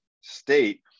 state